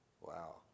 Wow